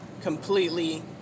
completely